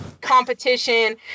competition